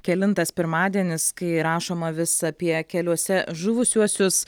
kelintas pirmadienis kai rašoma visa apie keliuose žuvusiuosius